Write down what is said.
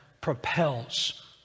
propels